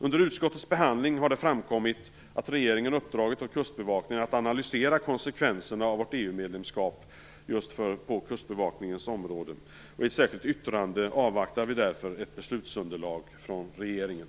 Under utskottets behandling har det framkommit att regeringen uppdragit åt Kustbevakningen att analysera konsekvenserna av vårt EU-medlemskap på Kustbevakningens område. I ett särskilt yttrande säger vi därför att vi avvaktar ett beslutsunderlag från regeringen.